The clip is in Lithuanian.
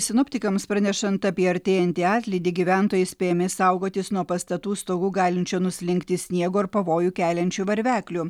sinoptikams pranešant apie artėjantį atlydį gyventojai įspėjami saugotis nuo pastatų stogų galinčio nuslinkti sniego ir pavojų keliančių varveklių